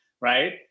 right